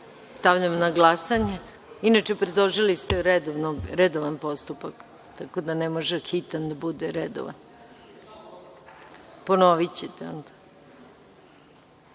Stavljam na glasanje predlog. Inače, predložili ste redovan postupak, tako da ne može hitan da bude redovan. Ponovićete